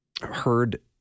heard